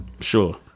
Sure